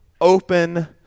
Open